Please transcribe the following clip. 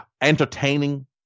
entertaining